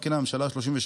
התקינה הממשלה 38